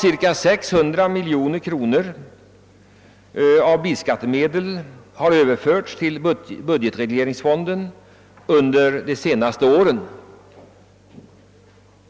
Cirka 600 miljoner kronor pr år av bilskattemedel har ju överförts till budgetregleringsfonden under de senaste åren.